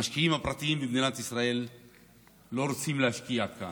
המשקיעים הפרטיים במדינת ישראל לא רוצים להשקיע כאן.